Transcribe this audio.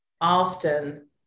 often